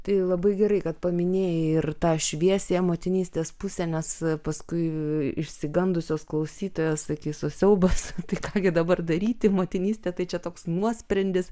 tai labai gerai kad paminėjai ir tą šviesiąją motinystės pusę nes paskui išsigandusios klausytojos sakys o siaubas tai ką gi dabar daryti motinystė tai čia toks nuosprendis